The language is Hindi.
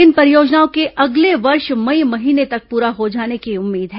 इन परियोजनाओं के अगले वर्ष मई महीने तक पूरा हो जाने की उम्मीद है